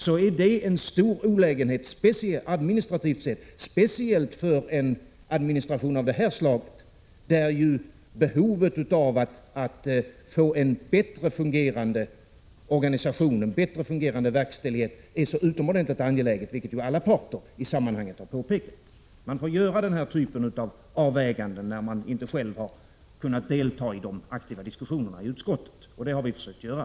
Det är en stor administrativ olägenhet, speciellt för en administration av det här slaget, där behovet av att få en bättre fungerande organisation och verkställighet är så utomordentligt angeläget, vilket alla parter i sammanhanget har påpekat. Man får göra den här typen av överväganden när man inte själv har kunnat delta i de aktiva diskussionerna i utskottet, och det har vi försökt göra.